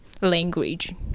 language